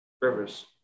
Rivers